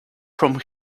from